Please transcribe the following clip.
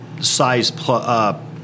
size